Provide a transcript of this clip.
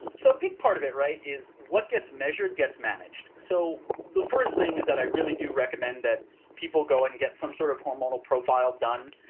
so big part of it, right is what gets measured gets managed. so, the first thing is that i really do recommend that people go and get some sort of hormonal profile done.